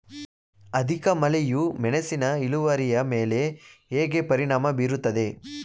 ಅಧಿಕ ಮಳೆಯು ಮೆಣಸಿನ ಇಳುವರಿಯ ಮೇಲೆ ಹೇಗೆ ಪರಿಣಾಮ ಬೀರುತ್ತದೆ?